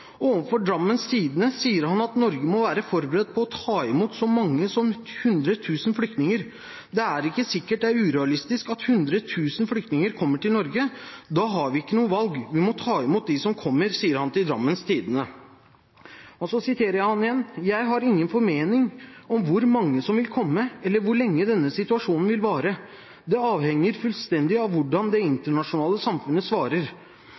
følgende: «Overfor Drammens Tidende sier han at Norge må være forberedt på å ta imot så mange som 100 000 flyktninger. «Det er ikke sikkert det er urealistisk at 100 000 flyktninger kommer til Norge. Da har vi ikke noe valg. Vi må ta imot de som kommer», sier han til Drammens Tidende. Så siterer jeg ham igjen: «Jeg har ingen formening om hvor mange som vil komme, eller hvor lenge denne situasjonen vil vare. Det avhenger fullstendig av hvordan det internasjonale samfunnet svarer.»